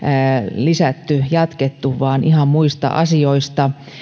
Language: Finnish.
lisätty ja jatkettu vaan ihan muista asioista